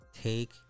Take